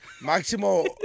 Maximo